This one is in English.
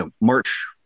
March